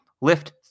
lift